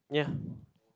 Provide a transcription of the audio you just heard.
ya